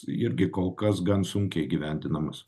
irgi kol kas gan sunkiai įgyvendinamas